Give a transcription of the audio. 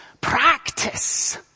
practice